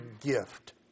gift